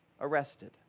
arrested